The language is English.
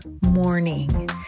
morning